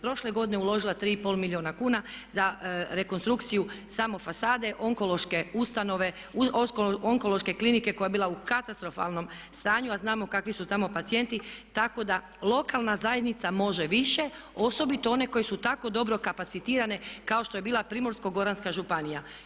Prošle godine uložila 3,5 milijuna kuna za rekonstrukciju samo fasade, onkološke klinike koja je bila u katastrofalnom stanju a znamo kakvi su tamo pacijenti tako da lokalna zajednica može više, osobito one koji su tako dobro kapacitirane kao što je bila Primorsko-goranska županija.